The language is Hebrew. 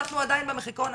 אנחנו עדיין במחיקון,